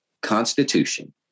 Constitution